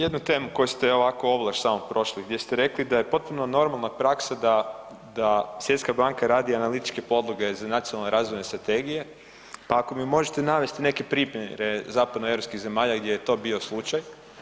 Jednu temu koju ste ovako ovlaš samo prošli gdje ste rekli da je potpuno normalna praksa da Svjetska banka radi analitičke podloge za nacionalne razvojne strategije, pa ako mi možete navesti neke primjere zapadnoeuropskih zemalja gdje je to bio slučaj.